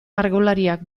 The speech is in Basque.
margolariak